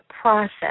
process